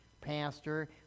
Pastor